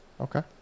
Okay